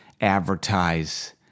Advertise